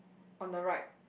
on the right